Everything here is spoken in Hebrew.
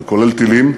זה כולל טילים,